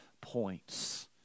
points